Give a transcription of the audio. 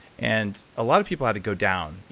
and a lot of people had to go down.